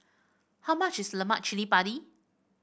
how much is Lemak Cili Padi